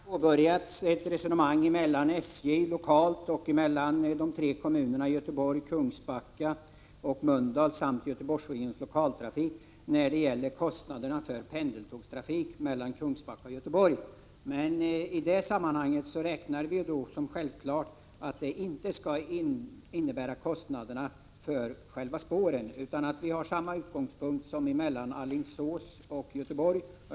Herr talman! Det har redan påbörjats ett resonemang mellan SJ lokalt och de tre kommunerna Göteborg, Kungsbacka och Mölndal samt Göteborgsregionens lokaltrafik om kostnaderna för en pendeltågstrafik mellan Kungsbacka och Göteborg. I det sammanhanget räknar vi som självklart att det inte skall röra sig om kostnaderna för själva spåren utan att vi har samma utgångspunkt som när det gäller trafiken mellan Alingsås och Göteborg.